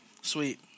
Sweet